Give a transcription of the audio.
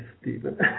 Stephen